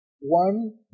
one